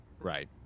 Right